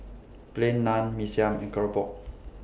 Plain Naan Mee Siam and Keropok